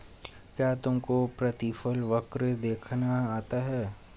क्या तुमको प्रतिफल वक्र देखना आता है?